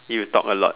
you talk a lot